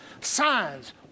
Signs